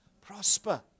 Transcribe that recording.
prosper